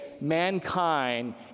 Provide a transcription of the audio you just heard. mankind